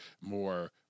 more